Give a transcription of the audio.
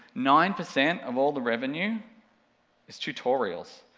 nine percent of all the revenue is tutorials.